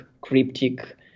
cryptic